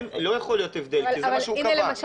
לא יכול להיות הבדל כי זה מה שהוא קבע.